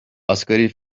asgari